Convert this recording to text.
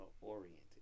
oriented